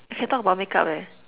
we can talk about make-up leh